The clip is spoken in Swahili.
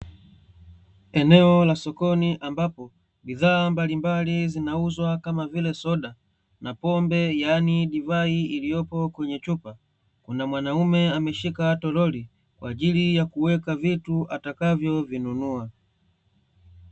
Eneo la sokoni ambapo, bidhaa mbalimbali zinauzwa kama vile soda na pombe yaani divai iliyopo kwenye chupa. Kuna mwanaume ameshika toroli kwaajili ya kuweka vitu atakavyo vinunua.